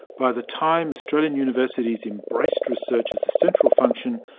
by the time australian universities embraced research as a central function,